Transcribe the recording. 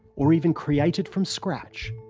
or even create it from scratch,